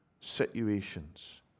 situations